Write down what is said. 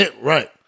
Right